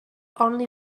only